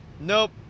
nope